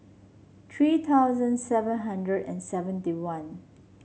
three thousand seven hundred and seventy one